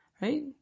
Right